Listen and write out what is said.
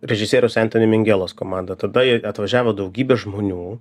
režisieriaus entoni mingelos komanda tada jie atvažiavo daugybė žmonių